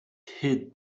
hid